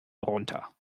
runter